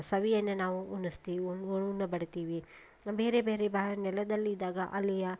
ಸವಿಯನ್ನು ನಾವು ಉಣಿಸ್ತೀವಿ ಉಣ್ ಉಣ್ ಉಣ ಬಡಿಸ್ತೀವಿ ಬೇರೆ ಬೇರೆ ಬಾ ನೆಲದಲ್ಲಿದ್ದಾಗ ಅಲ್ಲಿಯ